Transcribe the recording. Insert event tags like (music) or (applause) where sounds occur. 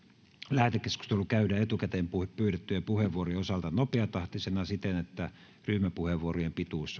lähetekeskustelu käydään etukäteen pyydettyjen puheenvuorojen osalta nopeatahtisena siten että ryhmäpuheenvuorojen pituus (unintelligible)